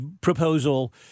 proposal